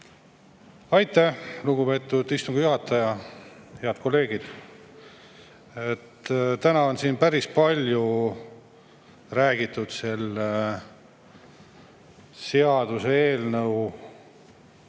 Aitäh, lugupeetud istungi juhataja! Head kolleegid! Täna on siin päris palju räägitud selle seaduseelnõuga